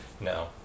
no